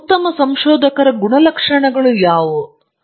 ಹಾಗಾಗಿ ಈಗ ಉತ್ತಮ ಸಂಶೋಧಕರ ಗುಣಲಕ್ಷಣಗಳು ಯಾವುವು